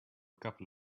couple